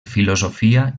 filosofia